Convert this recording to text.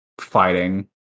fighting